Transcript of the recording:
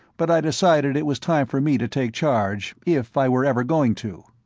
but i decided it was time for me to take charge, if i were ever going to.